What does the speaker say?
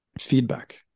feedback